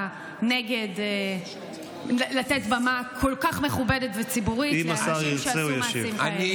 נגד לתת במה כל כך מכובדת וציבורית לאנשים שעשו מעשים כאלה.